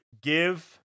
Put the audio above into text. give